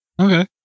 Okay